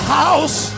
house